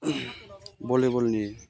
भलिबलनि